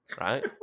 right